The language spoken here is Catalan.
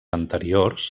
anteriors